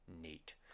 Neat